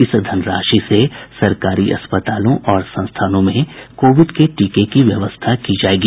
इस धनराशि से सरकारी अस्पतालों और संस्थानों में कोविड के टीके की व्यवस्था की जायेगी